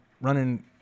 running